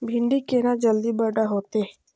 भिंडी केना जल्दी बड़ा होते?